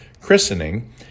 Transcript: christening